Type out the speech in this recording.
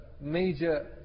major